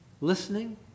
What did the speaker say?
listening